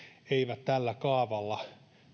eivät tällä kaavalla